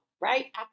Right